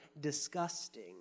disgusting